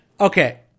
Okay